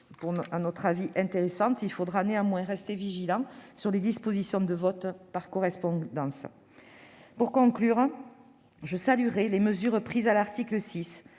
à leur avis, intéressantes. Il faudra néanmoins rester vigilant quant aux dispositions relatives au vote par correspondance. Pour conclure, je saluerai les mesures prises à l'article 6